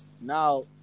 now